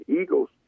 Eagles